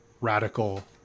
radical